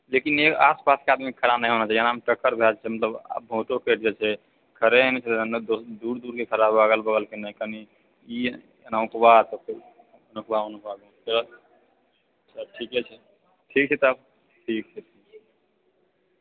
लेकिन ई आसपासके आदमी खड़ा नहि होना चाही एनामे टक्कर भए जेतै मतलब भोटो कटि जेतै खड़े नहि दूर दूरके खड़ा हो अगल बगलके नहि कनि ई एनाहु कोनो बात हेतै हुनुकबा हुनुकबामे चलऽ तब ठीके छै ठीक छै तब ठीक छै